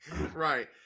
Right